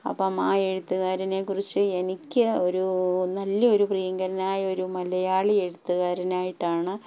അപ്പം ആ ആ എഴുത്തുകാരനെക്കുറിച്ച് എനിക്ക് ഒരു നല്ലൊരു പ്രിയങ്കരനായ ഒരു മലയാളി എഴുത്തുകാരനായിട്ടാണ്